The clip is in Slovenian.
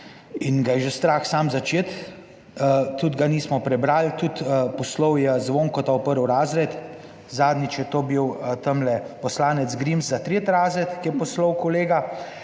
in ga je že strah sam začeti. Tudi ga nismo prebrali, tudi poslal je Zvonko ta v prvi razred. Zadnjič je to bil tamle poslanec Grims za tretji razred, ki je poslal kolega